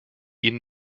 ihn